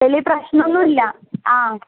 വലിയ പ്രശ്നമൊന്നുമില്ല ആ